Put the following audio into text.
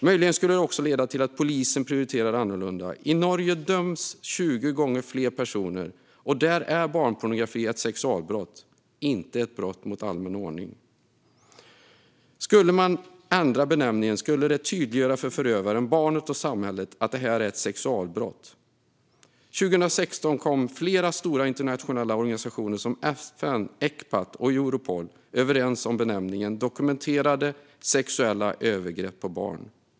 Möjligen skulle det också leda till att polisen prioriterade annorlunda. I Norge döms 20 gånger fler personer, och där är barnpornografi ett sexualbrott, inte ett brott mot allmän ordning. Skulle man ändra benämningen skulle det tydliggöra för förövaren, barnet och samhället att det här är ett sexualbrott. År 2016 kom flera stora internationella organisationer som FN, Ecpat och Europol överens om benämningen "dokumenterade sexuella övergrepp på barn".